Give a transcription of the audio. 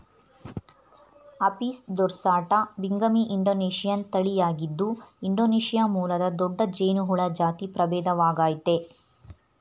Apis dorsata binghami Indonesian ತಳಿಯಾಗಿದ್ದು Indonesia ಮೂಲದ ದೊಡ್ಡ ಜೇನುಹುಳ ಜಾತಿ ಪ್ರಭೇದವಾಗಯ್ತೆ